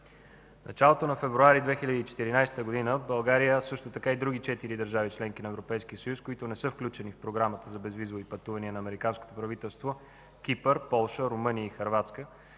В началото на февруари 2014 г. България, а също така и други четири държави – членки на Европейския съюз, които не са включени в Програмата за безвизови пътувания на американското правителство – Кипър, Полша, Румъния и Хърватска,